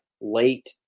Late